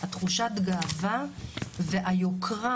תחושת הגאווה והיוקרה